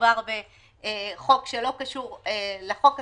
שמדובר בחוק שלא קשור לחוק הזה,